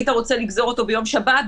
היית רוצה לגזור אותו ביום שבת,